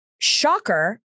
shocker